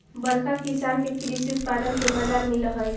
बड़का किसान के कृषि उत्पाद के बाजार मिलऽ हई